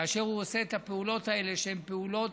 כאשר הוא עושה את הפעולות האלה, שהן פעולות,